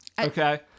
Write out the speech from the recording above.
okay